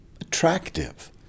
attractive